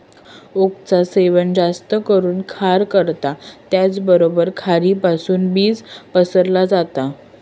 ओकचा सेवन जास्त करून खार करता त्याचबरोबर खारीपासुन बीज पसरला जाता